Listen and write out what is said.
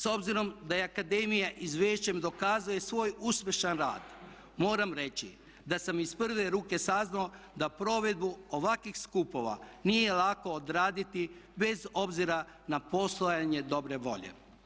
S obzirom da akademija izvješćem dokazuje svoj uspješan rad moram reći da sam iz prve ruke saznao da provedbu ovakvih skupova nije lako odraditi bez obzira na postojanje dobre volje.